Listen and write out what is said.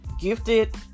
gifted